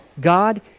God